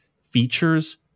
features